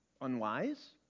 Unwise